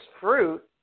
fruit